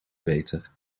beter